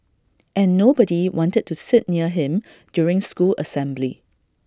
and nobody wanted to sit near him during school assembly